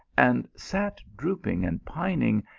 and sat drooping and pining,